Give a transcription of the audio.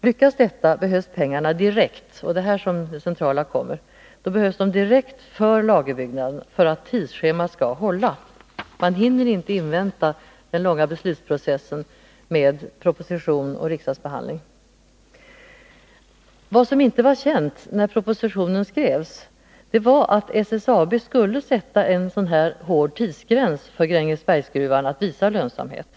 Lyckas detta behövs pengarna direkt — och det är här det centrala kommer — för lagerbyggnaden för att tidsschemat skall hålla. Man hinner inte invänta den långa beslutsprocessen med proposition och riksdagsbehandling. Vad som inte var känt när propositionen skrevs var att SSAB skulle sätta en sådan här hård tidsgräns för Grängesbergsgruvan att visa lönsamhet.